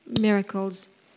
miracles